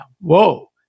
Whoa